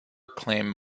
claim